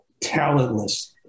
talentless